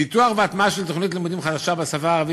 פיתוח והטמעה של תוכנית לימודים חדשה בשפה הערבית